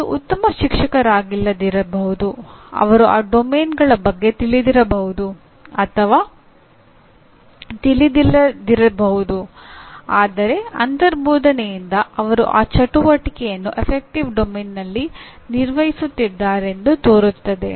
ಅವರು ಉತ್ತಮ ಶಿಕ್ಷಕರಾಗಿಲ್ಲದಿರಬಹುದು ಅವರು ಈ ಕಾರ್ಯಕ್ಷೇತ್ರ ಬಗ್ಗೆ ತಿಳಿದಿರಬಹುದು ಅಥವಾ ತಿಳಿದಿಲ್ಲದಿರಬಹುದು ಆದರೆ ಅಂತರ್ಬೋಧೆಯಿಂದ ಅವರು ಈ ಚಟುವಟಿಕೆಯನ್ನು ಗಣನ ಕ್ಷೇತ್ರದಲ್ಲಿ ನಿರ್ವಹಿಸುತ್ತಿದ್ದಾರೆಂದು ತೋರುತ್ತದೆ